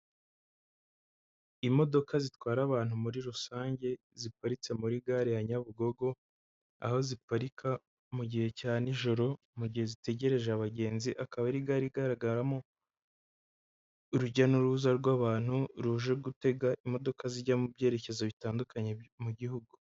Imodoka zitwara abantu muri rusange ziparitse muri gare ya Nyabugogo, aho ziparika mu gihe cya nijoro mu gihe zitegereje abagenzi, akaba ari gare igaragaramo urujya n'uruza rw'abantu ruje gutega imodoka zijya mu byerekezo bitandukanye mu gihugu.